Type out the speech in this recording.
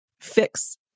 fix